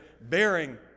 bearing